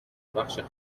بخش